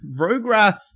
Rograth